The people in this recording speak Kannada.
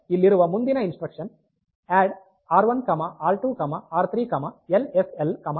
ನಂತರ ಇಲ್ಲಿರುವ ಮುಂದಿನ ಇನ್ಸ್ಟ್ರಕ್ಷನ್ ಆಡ್ R1R2R3LSL2